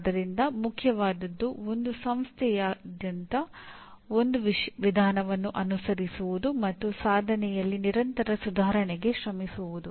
ಆದ್ದರಿಂದ ಮುಖ್ಯವಾದದ್ದು ಒಂದು ಸಂಸ್ಥೆಯಾದ್ಯಂತ ಒಂದು ವಿಧಾನವನ್ನು ಅನುಸರಿಸುವುದು ಮತ್ತು ಸಾಧನೆಯಲ್ಲಿ ನಿರಂತರ ಸುಧಾರಣೆಗೆ ಶ್ರಮಿಸುವುದು